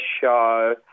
show